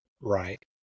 Right